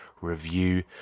review